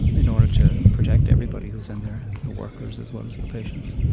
in order to protect everybody who's in there, the workers as well as the patients.